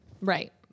Right